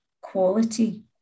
quality